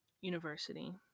University